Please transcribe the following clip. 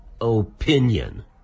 opinion